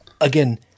Again